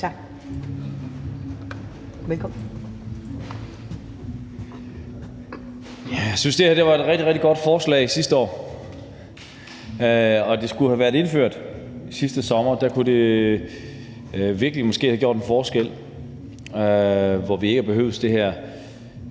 Mathiesen (NB): Jeg synes, det her ville have været et rigtig, rigtig godt forslag sidste år, og det skulle have været indført sidste sommer, for der kunne det måske virkelig have gjort en forskel, hvor vi ikke havde behøvet det her